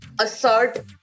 assert